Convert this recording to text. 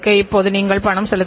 அல்லது வழங்க முடியுமா